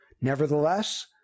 Nevertheless